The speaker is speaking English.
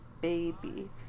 baby